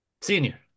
Senior